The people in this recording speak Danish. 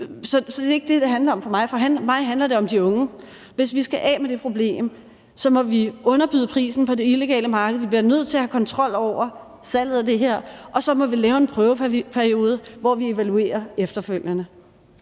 Så det er ikke det, det handler om for mig. For mig handler det om de unge. Hvis vi skal af med det problem, må vi underbyde prisen på det illegale marked. Vi bliver nødt til at have kontrol over salget af det her, og så må vi lave en prøveperiode, hvor vi evaluerer efterfølgende.